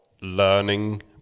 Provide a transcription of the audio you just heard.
learning